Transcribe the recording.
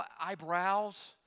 eyebrows